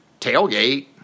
tailgate